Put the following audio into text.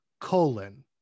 colon